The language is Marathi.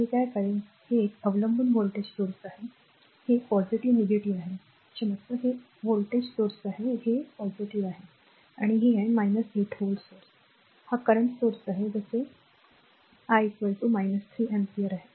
तर मी काय करेन हे एक अवलंबून व्होल्टेज स्त्रोत आहे हे आहे हे क्षमस्व आहे हे r व्होल्टेज स्त्रोत आहे हे आहे हे आहे 8 व्होल्ट स्त्रोत हा current स्त्रोत आहे आणि जसे I 3 अँपिअर आहे